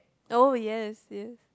oh yes yes